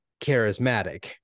charismatic